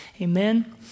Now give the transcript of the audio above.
Amen